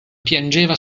piangeva